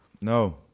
no